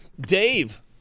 Dave